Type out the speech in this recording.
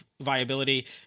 viability